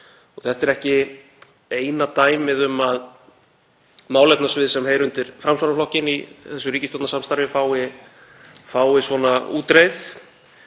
Þetta er ekki eina dæmið um að málefnasvið sem heyra undir Framsóknarflokkinn í þessu ríkisstjórnarsamstarfi fái svona útreið.